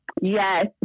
Yes